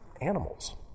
animals